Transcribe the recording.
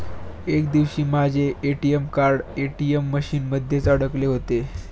एक दिवशी माझे ए.टी.एम कार्ड ए.टी.एम मशीन मध्येच अडकले होते